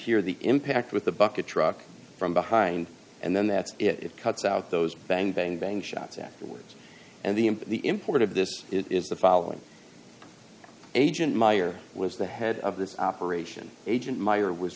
hear the impact with the bucket truck from behind and then that's it cuts out those bang bang bang shots afterwards and the in the import of this is the following agent meyer was the head of this operation agent meyer was